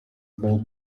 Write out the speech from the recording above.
about